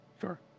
Sure